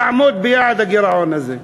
תעמוד ביעד הגירעון הזה?